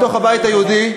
בתוך הבית היהודי,